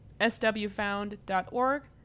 SWFound.org